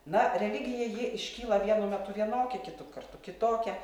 na religija ji iškyla vienu metu vienokia kitu kartu kitokia